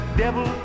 devil